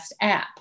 app